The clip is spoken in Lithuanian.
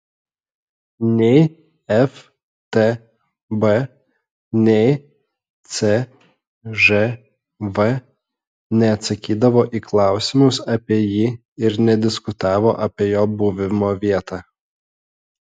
nei ftb nei cžv neatsakydavo į klausimus apie jį ir nediskutavo apie jo buvimo vietą